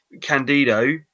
Candido